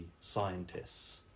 scientists